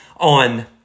on